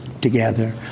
together